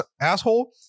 asshole